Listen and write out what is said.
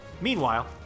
Meanwhile